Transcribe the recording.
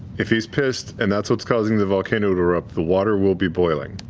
if he's pissed and that's what's causing the volcano to erupt, the water will be boiling.